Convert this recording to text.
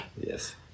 yes